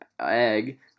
egg